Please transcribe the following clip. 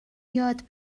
یاد